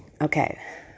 Okay